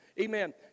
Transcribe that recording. Amen